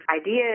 ideas